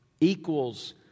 equals